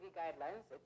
guidelines